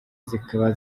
zikaba